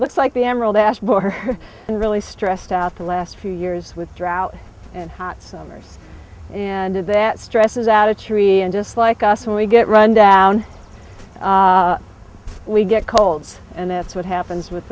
looks like the emerald ash bore and really stressed out the last few years with drought and hot summers and that stresses out a tree and just like us and we get run down we get colds and that's what happens with